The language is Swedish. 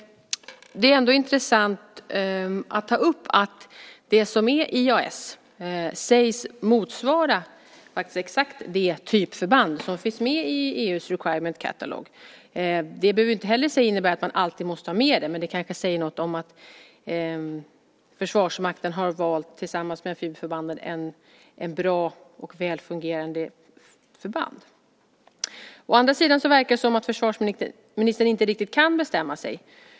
Det är ändå intressant att ta upp att det som är IAS sägs motsvara exakt det typförband som finns med i EU:s Requirement Catalogue. Det behöver inte innebära att man alltid måste ha med det, men det kanske säger något om att Försvarsmakten tillsammans med amfibieförbanden har valt ett bra och väl fungerande förband. Det verkar som om försvarsministern inte riktigt kan bestämma sig.